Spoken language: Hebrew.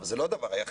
אבל זה לא הדבר היחיד.